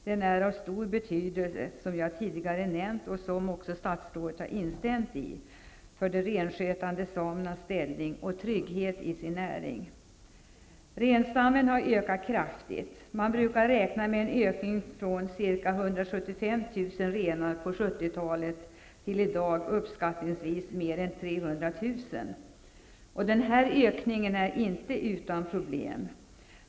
Den är av stor betydelse -- som jag tidigare nämnt och som statsrådet också har instämt i -- för de renskötande samernas ställning och trygghet i sin näring. Renstammen har ökat kraftigt. Man brukar räkna med en ökning från ca 175 000 renar på 1970-talet till i dag uppskattningsvis mer än 300 000. Denna ökning är inte utan problem.